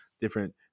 different